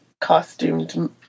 Costumed